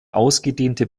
ausgedehnte